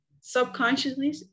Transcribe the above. subconsciously